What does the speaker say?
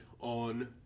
on